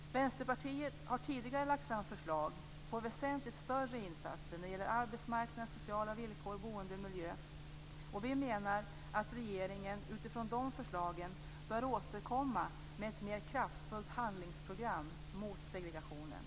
Vänsterpartiet har tidigare lagt fram förslag till väsentligt större insatser när det gäller arbetsmarknad, sociala villkor, boende och miljö, och vi menar att regeringen utifrån de förslagen bör återkomma med ett mer kraftfullt handlingsprogram mot segregationen.